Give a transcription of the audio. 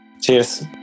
Cheers